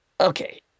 Okay